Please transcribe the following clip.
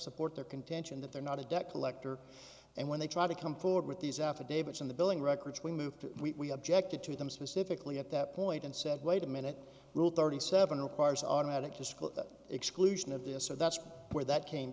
support their contention that they're not a debt collector and when they try to come forward with these affidavits in the billing records we moved we objected to them specifically at that point and said wait a minute rule thirty seven requires automatic just exclusion of this so that's where that came